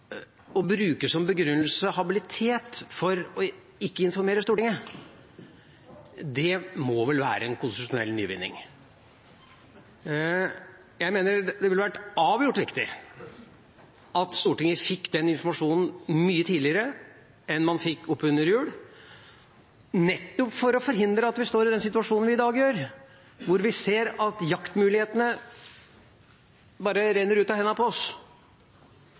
å bruke – i replikkordskiftet med representanten Arnstad – habilitet som begrunnelse for ikke å informere Stortinget vel må være en konstitusjonell nyvinning. Jeg mener det ville vært avgjort riktig at Stortinget fikk den informasjonen mye tidligere enn man fikk, oppunder jul, nettopp for å forhindre at vi står i den situasjonen vi i dag gjør, hvor vi ser at jaktmulighetene bare renner ut av hendene på oss.